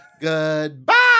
Goodbye